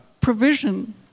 provision